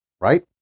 right